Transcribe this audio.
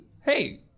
hey